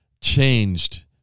changed